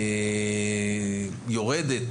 יורדת,